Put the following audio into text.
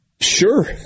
Sure